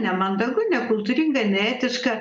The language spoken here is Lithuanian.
nemandagu nekultūringa neetiška